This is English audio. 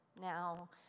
now